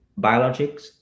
biologics